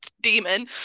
demon